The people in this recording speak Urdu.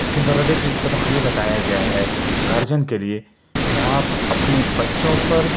اس کے اندر اور ایک سبق یہ بتایا گیا ہے گارجیئن کے لیے کہ آپ اپنے بچوں پر